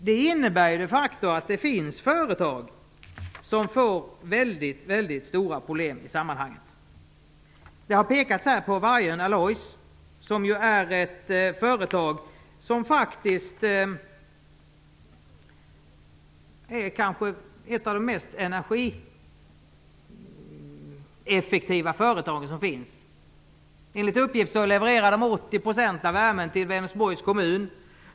Den innebär de facto att det finns företag som får väldigt stora problem. Det har pekats på Vargön Alloys, som kanske är ett av de mest energieffektiva företag som finns. Enligt uppgift levererar man 80 % av värmen till Vänersborgs kommun.